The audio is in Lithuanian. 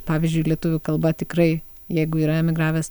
pavyzdžiui lietuvių kalba tikrai jeigu yra emigravęs